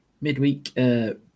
midweek